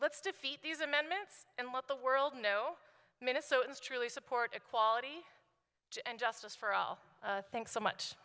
let's defeat these amendments and let the world know minnesotans truly support equality and justice for all thanks so much